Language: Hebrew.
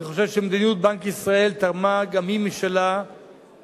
אני חושב שמדיניות בנק ישראל תרמה גם היא משלה למצב